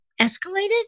escalated